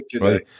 right